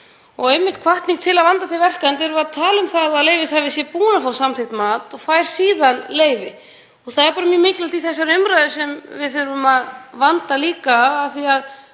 sem er hvatning til að vanda til verka, enda erum við að tala um að leyfishafi sé búinn að fá samþykkt mat og fái síðan leyfi. Það er mjög mikilvægt í þessari umræðu sem við þurfum að vanda líka af því að